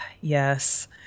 yes